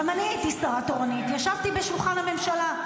גם אני הייתי שרה תורנית, ישבתי בשולחן הממשלה.